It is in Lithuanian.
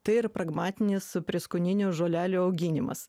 tai ir pragmatinis prieskoninių žolelių auginimas